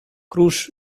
cruz